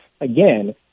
again